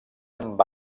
amb